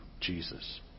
Jesus